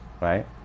right